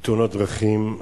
בתאונות דרכים.